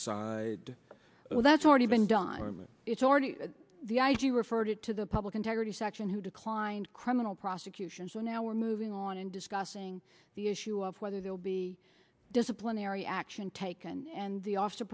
side well that's already been done it's already the i g referred to the public integrity section who declined criminal prosecution so now we're moving on and discussing the issue of whether there will be disciplinary action taken and the office